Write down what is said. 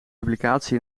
publicatie